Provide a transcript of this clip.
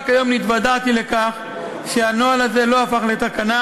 רק היום התוודעתי לכך שהנוהל הזה לא הפך לתקנה.